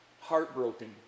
heartbroken